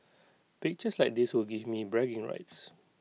pictures like this will give me bragging rights